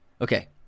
Okay